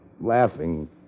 laughing